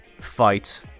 fight